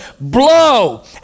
Blow